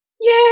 Yay